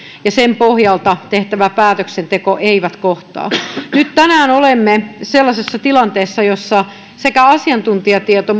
ja sen pohjalta tehtävä päätöksenteko eivät kohtaa nyt tänään olemme sellaisessa tilanteessa jossa asiantuntijatieto